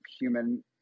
human